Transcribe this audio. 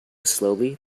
slowly